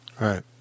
Right